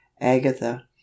agatha